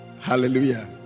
Hallelujah